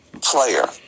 player